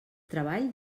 treball